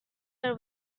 are